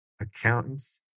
accountants